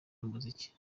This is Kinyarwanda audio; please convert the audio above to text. n’umuziki